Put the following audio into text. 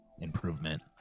improvement